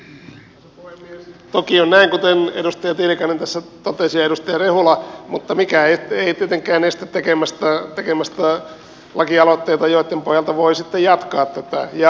toki on näin kuten edustaja tiilikainen tässä totesi ja edustaja rehula mutta mikään ei tietenkään estä tekemästä lakialoitteita joiden pohjalta voi sitten jatkaa tätä